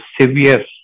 severe